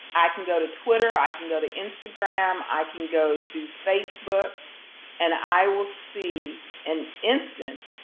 i can go to twitter, i can go to instagram, i can go to facebook and i will see an incident,